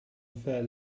fair